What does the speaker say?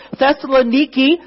Thessaloniki